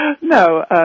No